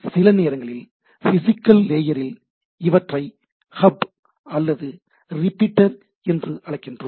சில நேரங்களில் பிசிகல் லேயரில் இவற்றை ஹப் அல்லது ரிப்பீட்டர் என்று அழைக்கிறோம்